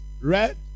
red